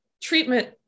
treatment